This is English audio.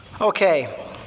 Okay